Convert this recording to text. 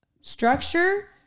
structure